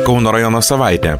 kauno rajono savaitė